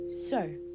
So